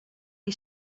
qui